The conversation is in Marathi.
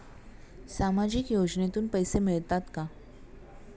सामाजिक योजनेतून पैसे मिळतात का?